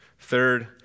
Third